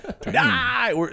Die